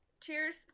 cheers